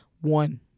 one